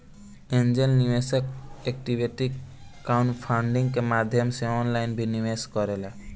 angel निवेशक equity crowdfunding के माध्यम से ऑनलाइन भी निवेश करेले